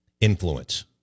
influence